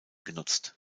genutzt